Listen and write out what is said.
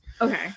Okay